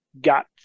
got